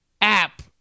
app